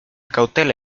cautela